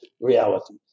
reality